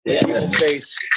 face